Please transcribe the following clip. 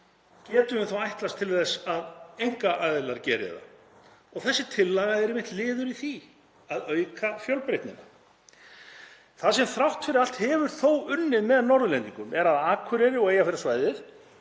getum við ætlast til þess að einkaaðilar geri það? Þessi tillaga er einmitt liður í því að auka fjölbreytnina. Það sem þrátt fyrir allt hefur þó unnið með Norðlendingum er að Akureyri og Eyjafjarðarsvæðið